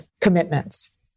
commitments